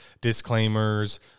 disclaimers